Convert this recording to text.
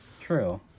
True